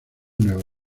nueva